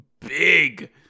big